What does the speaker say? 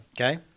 Okay